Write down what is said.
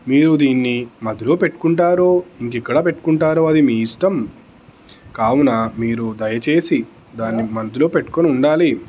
మీరు దీన్ని మదిలో పెట్టుకుంటారో ఇంకా ఇక్కడ పెట్టుకుంటారో అది మీ ఇష్టం కావున మీరు దయచేసి దాన్ని మదిలో పెట్టుకొని ఉండాలి